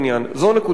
זאת נקודה ראשונה.